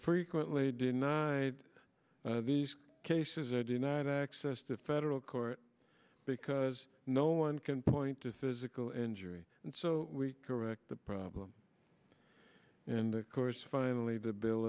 frequently denied these cases are denied access to federal court because no one can point to physical injury and so we correct the problem and of course finally the bill